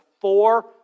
four